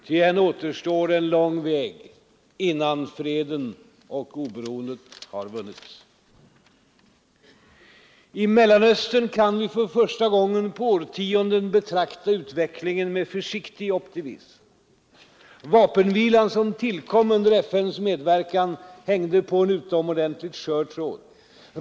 Ty än återstår en lång väg innan freden och oberoendet har vunnits. När det gäller Mellanöstern kan vi för första gången på årtionden betrakta utvecklingen med försiktig optimism. Vapenvilan som tillkom under FN:s medverkan hängde på en utomordentligt skör tråd.